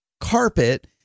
carpet